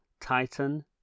Titan